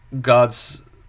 God's